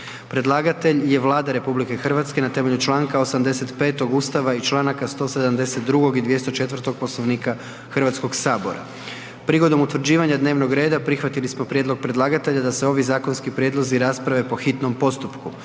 Predlagatelj je Vlada RH na temelju Članka 85. Ustava i Članaka 172. i 204. Poslovnika Hrvatskog sabora. Prigodom utvrđivanja dnevnog reda prihvatili smo prijedlog predlagatelja da se ovi zakonski prijedlozi rasprave po hitnom postupku.